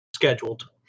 Scheduled